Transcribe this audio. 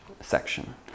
section